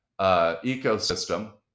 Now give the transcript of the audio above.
ecosystem